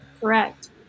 Correct